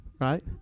right